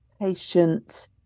patient